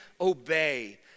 obey